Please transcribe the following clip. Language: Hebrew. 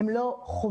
הם לא חובה,